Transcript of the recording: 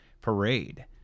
parade